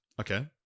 Okay